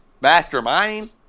Mastermind